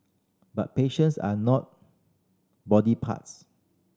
but patients are not body parts